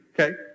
okay